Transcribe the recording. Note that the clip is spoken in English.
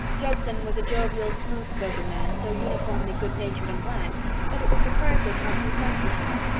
judson was a jovial, smooth-spoken man, so uniformly goodnatured and bland that it was surprising how few friends he had.